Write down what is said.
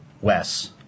Wes